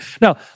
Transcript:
Now